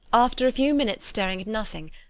after a few minutes' staring at nothing,